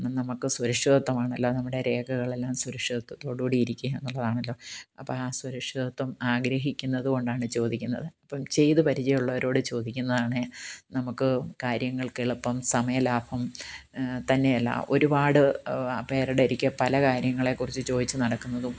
നമുക്ക് സുരക്ഷിതത്വമാണല്ലോ നമ്മുടെ രേഖകളെല്ലാം സുരക്ഷിതത്വത്തോടു കൂടി ഇരിക്കുക എന്നുള്ളതാണല്ലോ അപ്പോൾ ആ സുരക്ഷിതത്വം ആഗ്രഹിക്കുന്നത് കൊണ്ടാണ് ചോദിക്കുന്നത് അപ്പോൾ ചെയ്തു പരിചയമുള്ളവരോട് ചോദിക്കുന്നതാണ് നമുക്ക് കാര്യങ്ങൾക്ക് എളുപ്പം സമയം ലാഭം തന്നെയല്ല ഒരുപാട് പേരുടെ അടുക്കൽ പല കാര്യങ്ങളെ കുറിച്ച് ചോദിച്ചു നടക്കുന്നതും